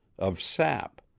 of sap,